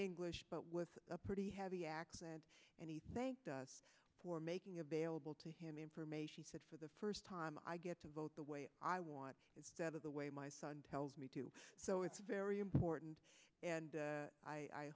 english but with a pretty heavy accent and he thanked us for making available to him information for the first time i get to vote the way i want is that of the way my son tells me to so it's very important and